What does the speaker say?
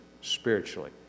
spiritually